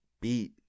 beat